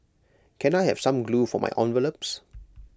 can I have some glue for my envelopes